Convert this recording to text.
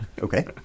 Okay